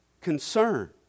concern